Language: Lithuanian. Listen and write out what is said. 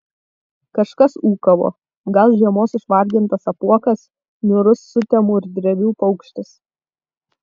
kažkas ūkavo gal žiemos išvargintas apuokas niūrus sutemų ir drevių paukštis